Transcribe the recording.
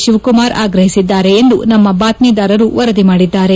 ಶಿವಕುಮಾರ್ ಆಗ್ರಹಿಸಿದ್ದಾರೆ ಎಂದು ನಮ್ಮ ಬಾತ್ವೀದಾರರು ವರದಿ ಮಾಡಿದ್ದಾರೆ